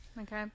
okay